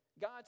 God